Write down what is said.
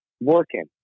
working